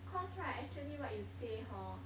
cause right actually what you say hor